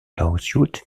lawsuit